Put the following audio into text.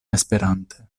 esperante